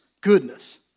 Goodness